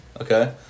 Okay